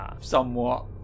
somewhat